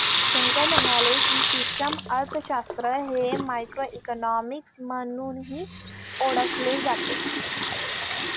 शंकर म्हणाले की, सूक्ष्म अर्थशास्त्र हे मायक्रोइकॉनॉमिक्स म्हणूनही ओळखले जाते